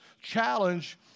challenge